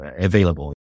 available